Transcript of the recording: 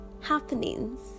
happenings